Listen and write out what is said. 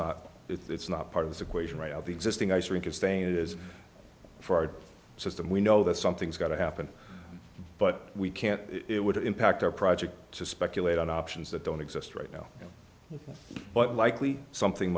not it's not part of this equation right of the existing ice rink it's saying it is for our system we know that something's got to happen but we can't it would impact our project to speculate on options that don't exist right now but likely something